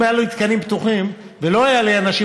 אם היו לי תקנים פתוחים ולא היו לי אנשים,